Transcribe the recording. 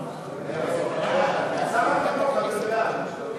שר החינוך, אתם בעד.